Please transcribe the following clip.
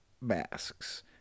masks